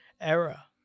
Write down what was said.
era